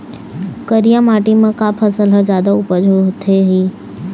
करिया माटी म का फसल हर जादा उपज होथे ही?